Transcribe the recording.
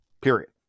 period